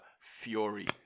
fury